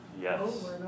Yes